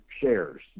shares